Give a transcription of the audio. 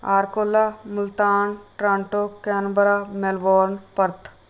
ਆਰਕੋਲਾ Multan Toronto Canberra Melbourne Perth